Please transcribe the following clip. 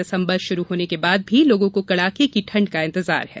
दिसम्बर शुरू होने के बाद भी लोगों को कड़ाके की ठंड का इंतजार है